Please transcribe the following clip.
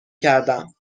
کردم